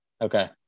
Okay